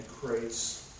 crates